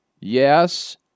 Yes